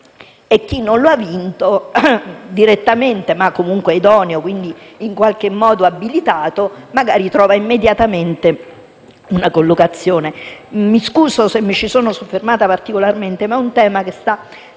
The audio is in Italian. e chi non lo ha vinto direttamente, ma è comunque idoneo e in qualche modo abilitato, magari trova immediatamente una collocazione. Mi scuso se mi ci sono soffermata particolarmente, ma è un tema che sta